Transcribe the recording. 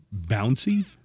bouncy